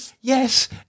yes